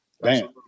bam